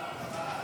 הוועדה,